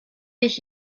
ich